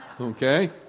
Okay